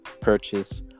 purchase